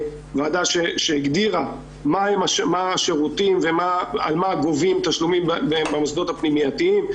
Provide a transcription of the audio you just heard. זו ועדה שהגדירה מה השירותים ועל מה גובים תשלומים במוסדות הפנימייתיים.